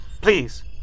Please